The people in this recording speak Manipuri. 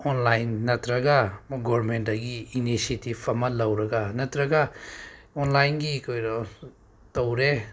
ꯑꯣꯟꯂꯥꯏꯟ ꯅꯠꯇ꯭ꯔꯒ ꯒꯣꯔꯃꯦꯟꯗꯒꯤ ꯏꯅꯤꯁꯤꯌꯦꯇꯤꯚ ꯑꯃ ꯂꯧꯔꯒ ꯅꯠꯇ꯭ꯔꯒ ꯑꯣꯟꯂꯥꯏꯟꯒꯤ ꯇꯧꯔꯦ